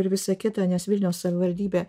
ir visa kita nes vilniaus savivaldybė